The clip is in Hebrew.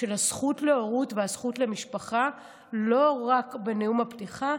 של הזכות להורות והזכות למשפחה לא רק בנאום הפתיחה,